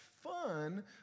fun